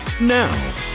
Now